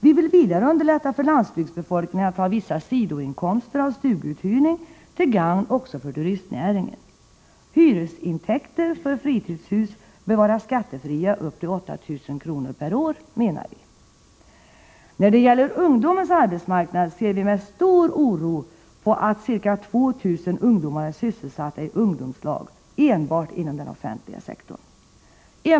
Vi vill vidare underlätta för landsbygdsbefolkningen att ha vissa sidoinkomster av stuguthyrning till gagn också för turistnäringen. Hyresintäkter på fritidshus bör vara skattefria upp till 8 000 kr. per år, menar vi. När det gäller ungdomens arbetsmarknad ser vi med stor oro på att ca 2 000 ungdomar är sysselsatta i ungdomslag enbart inom den offentliga sektorn.